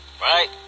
Right